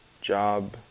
job